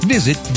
Visit